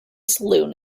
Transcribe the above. saloon